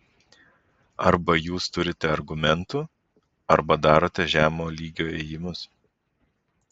arba jūs turite argumentų arba darote žemo lygio ėjimus